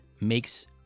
makes